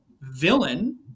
villain